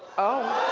oh.